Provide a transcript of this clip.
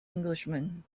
englishman